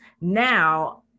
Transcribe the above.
now